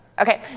okay